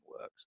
works